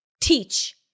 teach